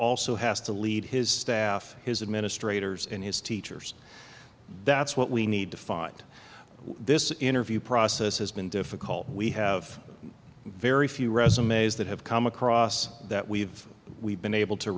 also has to lead his staff his administrators and his teachers that's what we need to fight this interview process has been difficult we have very few resumes that have come across that we've we've been able to